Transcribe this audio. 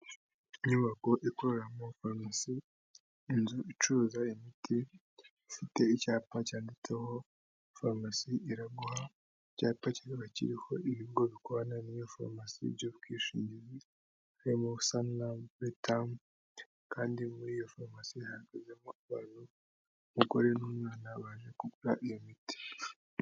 Inyubako ikoreramo farumasi, inzu icuruza imiti, ifite icyapa cyanditseho, farumasi Iraguha, icyapa kiba kiriho ibigo bikorana n'iyo forumasi by'ubwishingizi, birimo, saniramu, buritamu. kandi muri iyo farumasi hari kujyamo abantu, umugore n'umwana baje kugura iyo miti.